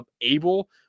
able